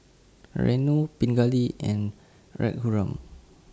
Renu Pingali and Raghuram